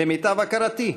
למיטב הכרתי,